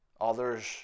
Others